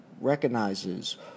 recognizes